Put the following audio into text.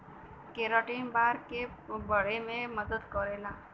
keratin बार के बढ़े में मदद करेला